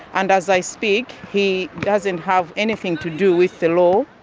and as i speak he doesn't have anything to do with the law.